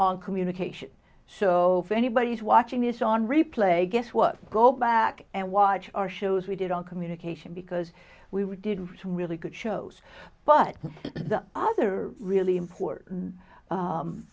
on communication so if anybody's watching this on replay guess what go back and watch our shows we did our communication because we were did some really good shows but the other really important